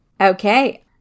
Okay